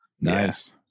Nice